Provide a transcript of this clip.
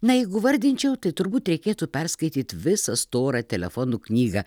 na jeigu vardinčiau tai turbūt reikėtų perskaityt visą storą telefonų knygą